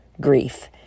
grief